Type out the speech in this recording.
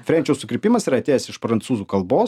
frenčio sukirpimas yra atėjęs iš prancūzų kalbos